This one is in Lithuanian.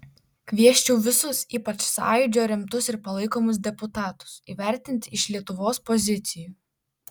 kviesčiau visus ypač sąjūdžio remtus ir palaikomus deputatus įvertinti iš lietuvos pozicijų